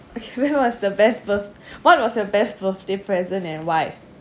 when was the best birth~ what was your best birthday present and why